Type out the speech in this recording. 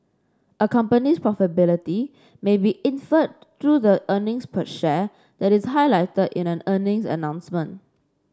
a company's profitability may be inferred through the earnings per share that is highlighted in an earnings announcement